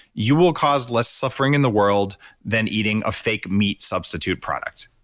you will cause less suffering in the world than eating a fake meat substitute product.